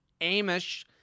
Amish